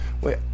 Wait